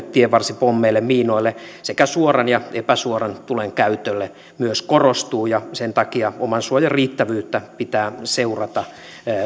tienvarsipommeille miinoille sekä suoran ja epäsuoran tulen käytölle korostuu sen takia omasuojan riittävyyttä pitää seurata